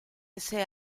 ese